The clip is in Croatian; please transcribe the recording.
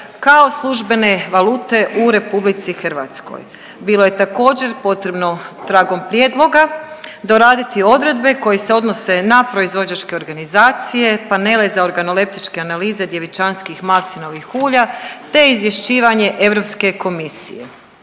eura službene valute u RH. Bilo je također potrebno tragom prijedloga doradit odredbe koje se odnose na proizvođačke organizacije, panele za organoleptičke analize djevičanskih maslinovih ulja te izvješćivanje Europske komisije.